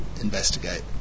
investigate